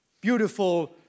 beautiful